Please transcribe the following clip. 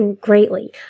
greatly